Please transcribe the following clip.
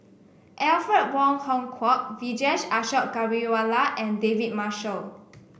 Alfred Wong Hong Kwok Vijesh Ashok Ghariwala and David Marshall